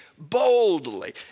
boldly